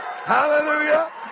Hallelujah